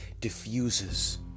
diffuses